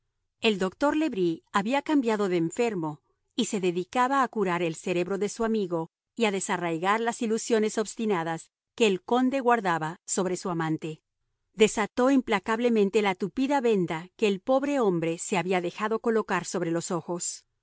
el doctor le bris había cambiado de enfermo y se dedicaba a curar el cerebro de su amigo y a desarraigar las ilusiones obstinadas que el conde guardaba sobre su amante desató implacablemente la tupida venda que el pobre hombre se había dejado colocar sobre los ojos